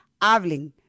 Hablen